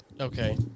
Okay